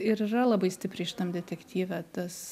ir yra labai stipriai šitam detektyve tas